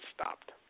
stopped